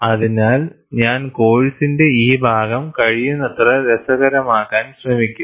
അതിനാൽഞാൻ കോഴ്സിന്റെ ഈ ഭാഗം കഴിയുന്നത്ര രസകരമാക്കാൻ ശ്രമിക്കും